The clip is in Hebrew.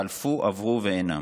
חלפו, עברו ואינם.